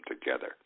together